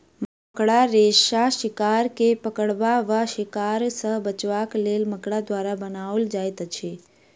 मकड़ा रेशा शिकार के पकड़बा वा शिकार सॅ बचबाक लेल मकड़ा द्वारा बनाओल जाइत अछि